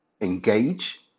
engage